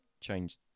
change